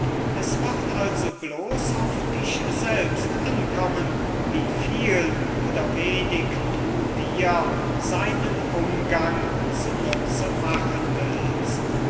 es wird also bloß auf dich selbst ankommen wie viel oder wenig du dir seinen umgang zu nutze machen willst